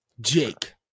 Jake